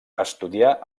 estudià